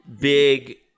big